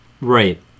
right